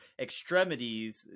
extremities